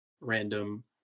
random